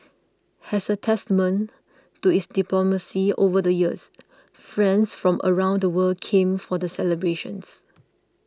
as a testament to its diplomacy over the years friends from around the world came for the celebrations